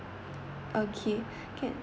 okay can